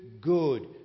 good